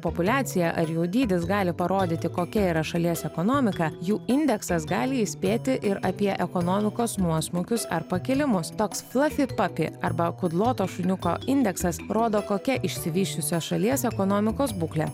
populiacija ar jų dydis gali parodyti kokia yra šalies ekonomika jų indeksas gali įspėti ir apie ekonomikos nuosmukius ar pakilimus toks flafi papi arba kudloto šuniuko indeksas rodo kokia išsivysčiusios šalies ekonomikos būklė